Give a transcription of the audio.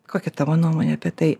kokia tavo nuomonė apie tai